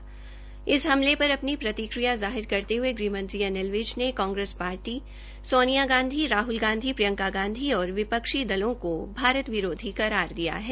श्री ननकाना साहिब पर हए हमले पर अपनी प्रतिकिया जाहिर करते हुए गृह मंत्री अनिल विज ने कांग्रेस पार्टी सोनिया गांधी राहुल गांधी प्रियंका गांधी और विपक्षी दलों को भारत विरोधी करार दिया है